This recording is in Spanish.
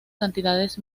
cantidades